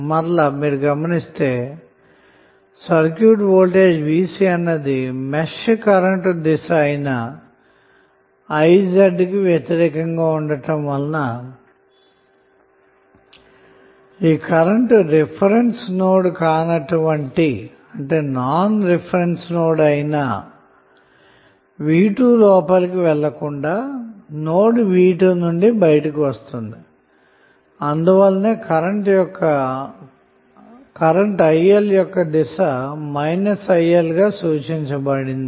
మళ్ళీ మీరు గమనిస్తే సర్క్యూట్ వోల్టేజ్ అన్నది మెష్ కరెంటు దిశ అయిన i2 కి వ్యతిరేకంగా ఉండటం వలన ఈ కరెంటు అన్నది రిఫరెన్స్ నోడ్ కానటువంటి v2 లోనికి వెళ్ళకుండా నోడ్ v2 నుండి బయటకు వస్తుంది అందువలనే కరెంటు యొక్క దిశ గా సూచించబడింది